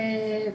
אוקי.